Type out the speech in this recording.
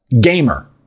gamer